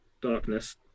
Darkness